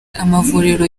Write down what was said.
amavuriro